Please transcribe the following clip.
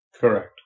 Correct